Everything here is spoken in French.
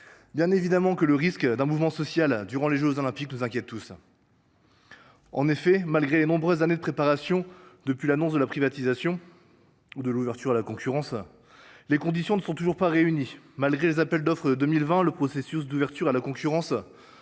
Bien évidemment, le risque d’un mouvement social durant les jeux Olympiques nous inquiète tous. En effet, malgré les nombreuses années de préparation depuis l’annonce de la privatisation, les conditions de l’ouverture à la concurrence ne sont toujours pas réunies. En dépit des appels d’offres lancés en 2020, le processus d’ouverture à la concurrence